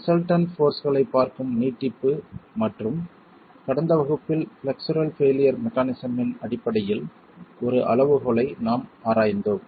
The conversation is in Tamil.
ரிசல்டன்ட் போர்ஸ்களைப் பார்க்கும் நீட்டிப்பு மற்றும் கடந்த வகுப்பில் ஃப்ளெக்சுரல் பெய்லியர் மெக்கானிஸம் இன் அடிப்படையில் ஒரு அளவுகோலை நாம் ஆராய்ந்தோம்